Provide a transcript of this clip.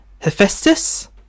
Hephaestus